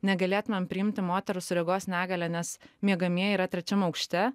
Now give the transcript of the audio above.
negalėtumėm priimti moterų su regos negalia nes miegamieji yra trečiam aukšte